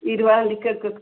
ഇരുപതാം തീയതിക്ക് ഒക്കെ